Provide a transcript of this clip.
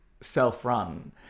self-run